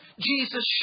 Jesus